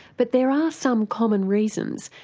but there are some common reasons,